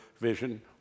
vision